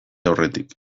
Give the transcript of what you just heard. aurretik